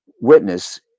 witness